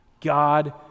God